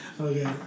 Okay